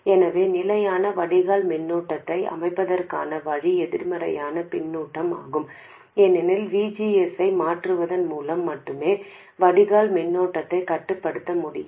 எனவே நிலையான வடிகால் மின்னோட்டத்தை அமைப்பதற்கான வழி எதிர்மறையான பின்னூட்டம் ஆகும் ஏனெனில் V G S ஐ மாற்றுவதன் மூலம் மட்டுமே வடிகால் மின்னோட்டத்தைக் கட்டுப்படுத்த முடியும்